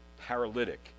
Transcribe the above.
paralytic